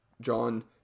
John